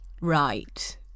right